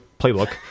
Playbook